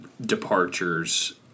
departures